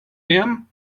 him